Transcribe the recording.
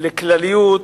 על הכלליות,